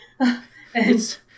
It's-